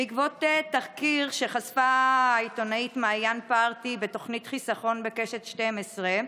בעקבות תחקיר שחשפה העיתונאית מעיין פרתי בתוכנית חיסכון בקשת 12,